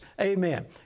amen